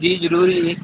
ਜੀ ਜ਼ਰੂਰੀ